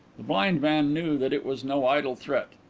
the blind man knew that it was no idle threat.